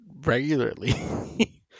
regularly